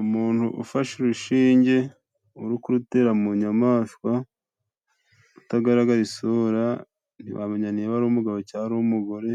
Umuntu ufashe urushinge uru kurutera mu nyamaswa, utagaragaza isura ntiwamenya niba ari umugabo, cyangwa ari umugore,